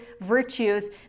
virtues